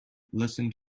listen